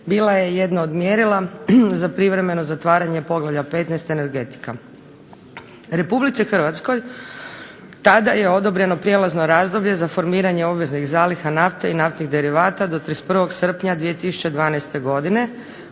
bila je jedno od mjerila za privremeno zatvaranje Poglavlja 15.-Energetika. Republici Hrvatskoj tada je odobreno prijelazno razdoblje za formiranje obveznih zaliha nafte i naftnih derivata do 31. srpnja 2012. godine,